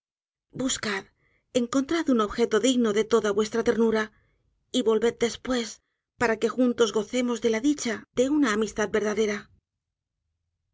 lo emprendáis buscad encontrad un objeto digno de toda vuestra ternura y volved después para que juntos gocemos de la dicha de una amistad verdadera